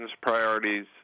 priorities